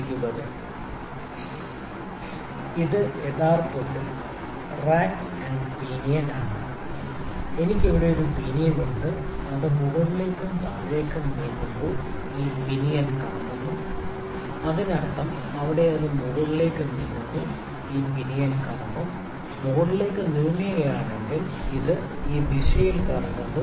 ഇത് യഥാർത്ഥത്തിൽ rack pinion ആണ് എനിക്ക് ഇവിടെ ഒരു പിനിയൻ ഉണ്ട് അത് മുകളിലേക്കും താഴേക്കും നീങ്ങുമ്പോൾ ഈ പിനിയൻ കറങ്ങുന്നു അതിനർത്ഥം അവിടെ അത് മുകളിലേക്ക് നീങ്ങുന്നു ഈ പിനിയൻ കറങ്ങും മുകളിലേക്ക് നീങ്ങുകയാണെങ്കിൽ ഇത് ഈ ദിശയിൽ കറങ്ങുന്നു